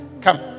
Come